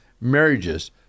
Marriages